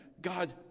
God